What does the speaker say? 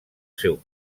seu